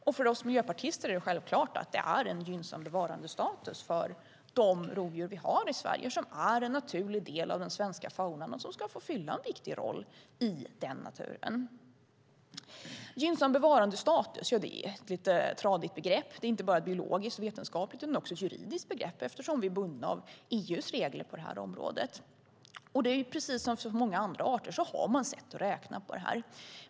Och för oss miljöpartister är det självklart att det är en gynnsam bevarandestatus för de rovdjur vi har i Sverige, som är en naturlig del av den svenska faunan och som ska få fylla en viktig roll i naturen. Gynnsam bevarandestatus är ett lite tradigt begrepp. Det är inte bara ett biologiskt och vetenskapligt begrepp utan också ett juridiskt begrepp eftersom vi är bundna av EU:s regler på det här området. Precis som när det gäller många andra arter har man sätt att räkna på det här.